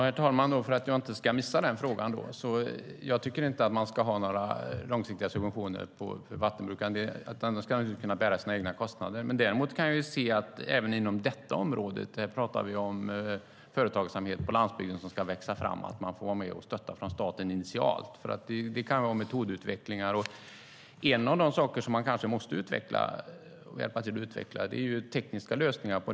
Herr talman! För att inte missa den frågan ska jag börja med den. Jag tycker inte att man ska ha några långsiktiga subventioner på vattenbruk, utan det ska naturligtvis bära sina egna kostnader. Däremot kan jag se att man även inom detta område - här talar vi om företagsamhet på landsbygden som ska växa fram - kan få vara med från staten och stötta initialt. Det kan handla om metodutveckling. En av de saker som man kanske måste hjälpa till att utveckla är tekniska lösningar.